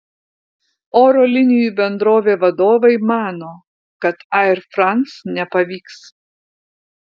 oro linijų bendrovė vadovai mano kad air france nepavyks